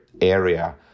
area